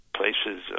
places